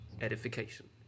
edification